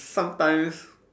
sometimes